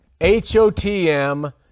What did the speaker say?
HOTM